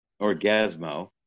Orgasmo